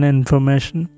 information